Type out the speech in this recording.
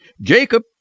Jacob